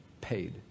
paid